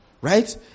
Right